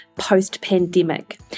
post-pandemic